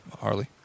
Harley